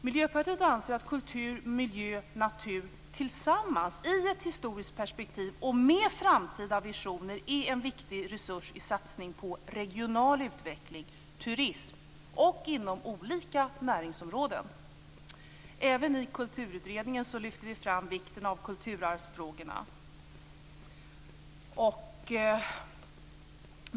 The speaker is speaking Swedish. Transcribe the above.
Miljöpartiet anser att kultur, miljö och natur tillsammans i ett historiskt perspektiv och med framtida visioner är en viktig resurs i satsningen på regional utveckling, turism och inom olika näringsområden. Även i Kulturutredningen lyfter vi fram vikten av kulturarvsfrågorna.